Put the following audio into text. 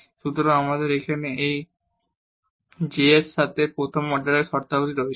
সুতরাং আমাদের এখানে এই j এর সাথে প্রথম অর্ডারের শর্তাবলী রয়েছে